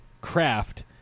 craft